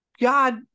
god